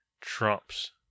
trumps